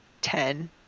ten